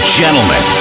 gentlemen